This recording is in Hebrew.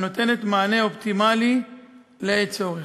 הנותנת מענה אופטימלי לעת צורך.